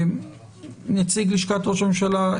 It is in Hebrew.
נציג לשכת ראש הממשלה,